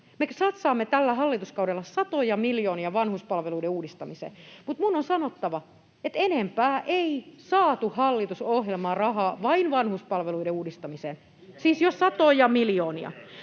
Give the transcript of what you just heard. Me satsaamme tällä hallituskaudella satoja miljoonia vanhuspalveluiden uudistamiseen, mutta minun on sanottava, että enempää ei saatu hallitusohjelmaan rahaa vain vanhuspalveluiden uudistamiseen — [Välihuutoja